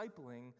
discipling